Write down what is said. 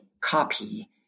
copy